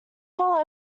fellow